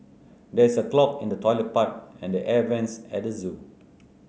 there is a clog in the toilet pipe and the air vents at the zoo